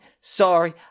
Sorry